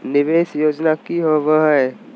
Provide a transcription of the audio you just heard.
निवेस योजना की होवे है?